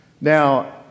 Now